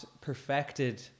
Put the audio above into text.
perfected